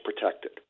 protected